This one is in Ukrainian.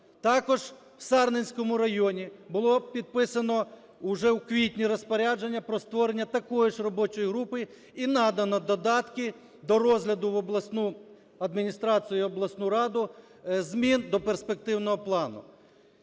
Також у Сарненському районі було підписано вже у квітні розпорядження про створення такої ж робочої групи і надано додатки до розгляду в обласну адміністрацію і обласну раду змін до перспективного плану.